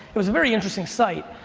it was a very interesting site.